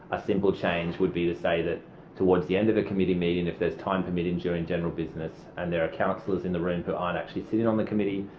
a simple change would be to say that towards the end of a committee meeting if there's time permitting and during general business and there are councillors in the room who aren't actually sitting on the committee,